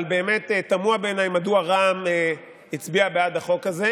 אבל באמת תמוה בעיניי מדוע רע"מ הצביעה בעד החוק הזה,